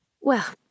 Well